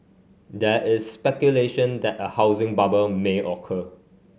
there is speculation that a housing bubble may occur